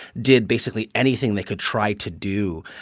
did basically anything they could try to do,